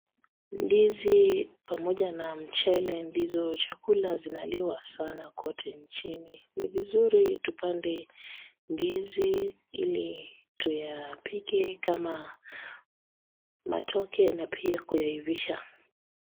Ndizi pamoja na mchele ndizo chakula zinaliwa sana kote nchini ni vizuri tupande ndizi ili tuyapike kama matoke na pia kuyaivisha.